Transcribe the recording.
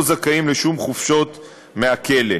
לא זכאים לשום חופשות מהכלא.